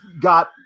got